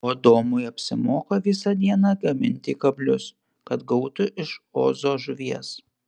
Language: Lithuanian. o adomui apsimoka visą dieną gaminti kablius kad gautų iš ozo žuvies